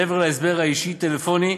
מעבר להסבר האישי הטלפוני,